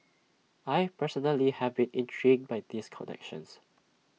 I personally have been intrigued by these connections